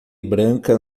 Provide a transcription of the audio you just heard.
branca